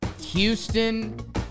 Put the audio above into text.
Houston